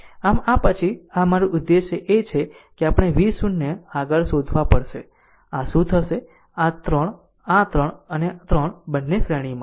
આમ આ પછી આ અમારું ઉદ્દેશ એ છે કે આપણે v 0 આગળ શોધવા પડશે કે આ શું થશે આ 3 આ 3 અને 3 બંને શ્રેણીમાં છે